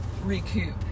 recoup